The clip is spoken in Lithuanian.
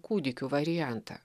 kūdikių variantą